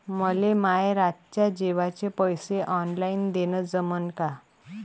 मले माये रातच्या जेवाचे पैसे ऑनलाईन देणं जमन का?